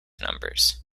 numbers